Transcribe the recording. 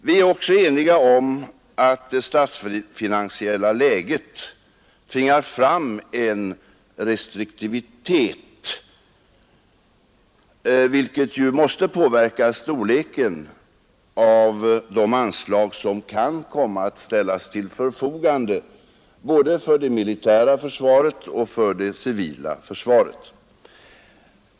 Vi är också eniga om att det statsfinansiella läget tvingar fram en restriktivitet, vilket ju måste påverka storleken av de anslag som kan komma att ställas till förfogande både för det militära och för det civila försvaret.